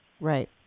Right